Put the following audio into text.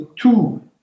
Two